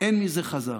אין מזה חזרה.